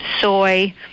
soy